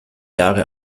jahre